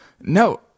No